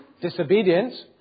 disobedience